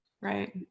Right